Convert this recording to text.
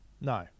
No